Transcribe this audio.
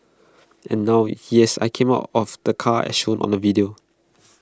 and now yes I came out of the car as shown on the video